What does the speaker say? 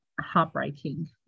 heartbreaking